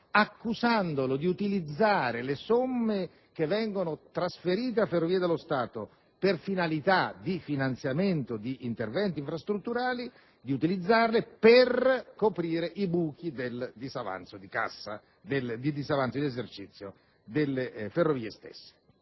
accusandolo di utilizzare le somme che vengono trasferite alle Ferrovie dello Stato per finalità di finanziamento di interventi infrastrutturali al fine di coprire i buchi del disavanzo di esercizio delle Ferrovie stesse.